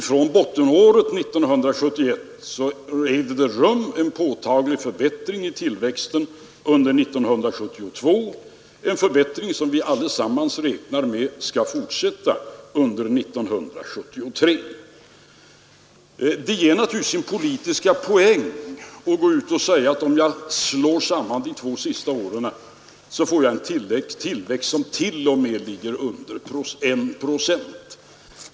Från bottenåret 1971 ägde en påtaglig förbättring i tillväxten rum under 1972, en förbättring som vi allesammans räknar med skall fortsätta under 1973. Det kan naturligtvis ge en politisk poäng, om man slår samman de två senaste åren och kommer fram till en tillväxt som t.o.m. ligger under en procent.